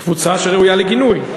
קבוצה שראויה לגינוי,